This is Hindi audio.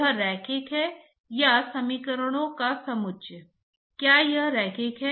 आप क्या उम्मीद करते हैं